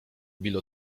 bill